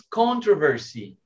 controversy